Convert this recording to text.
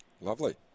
Lovely